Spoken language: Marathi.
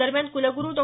दरम्यान कुलगुरु डॉ